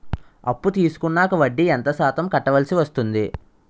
అప్పు తీసుకున్నాక వడ్డీ ఎంత శాతం కట్టవల్సి వస్తుంది?